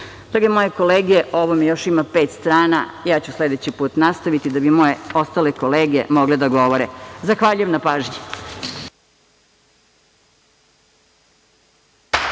moje kolege, o ovome još ima pet strana. Ja ću sledeći put nastaviti da bi moje ostale kolege mogle da govore. Zahvaljujem na pažnji.